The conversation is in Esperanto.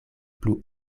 plu